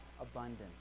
abundance